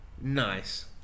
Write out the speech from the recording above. nice